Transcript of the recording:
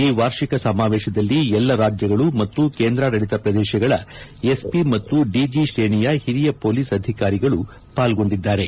ಈ ವಾರ್ಷಿಕ ಸಮಾವೇಶದಲ್ಲಿ ಎಲ್ಲ ರಾಜ್ಗಳು ಮತ್ತು ಕೇಂದ್ರಾಡಳಿತ ಶ್ರದೇಶಗಳ ಎಸ್ಪಿ ಮತ್ತು ಡಿಜಿ ತ್ರೇಣಿಯ ಹಿರಿಯ ಪೊಲೀಸ್ ಅಧಿಕಾರಿಗಳು ಪಾಲ್ಗೊಂಡಿದ್ದಾರೆ